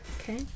Okay